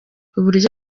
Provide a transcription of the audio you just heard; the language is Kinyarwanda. uburyo